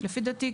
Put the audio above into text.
לפי דעתי,